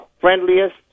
friendliest